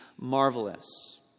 marvelous